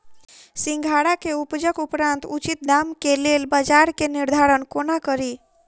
सिंघाड़ा केँ उपजक उपरांत उचित दाम केँ लेल बजार केँ निर्धारण कोना कड़ी?